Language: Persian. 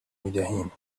میدهیم